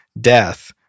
death